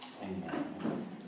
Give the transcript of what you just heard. Amen